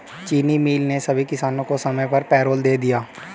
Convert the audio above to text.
चीनी मिल ने सभी किसानों को समय पर पैरोल दे दिया